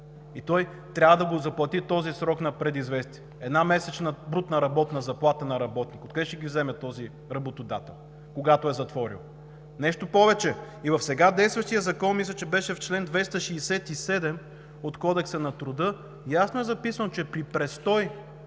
Той трябва да заплати този срок на предизвестието – една месечна брутна работна заплата на работник. Откъде ще ги вземе този работодател, когато е затворил? Нещо повече, в сега действащия закон – мисля, че беше в чл. 267 от Кодекса на труда, ясно е записано, че при престой